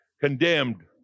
condemned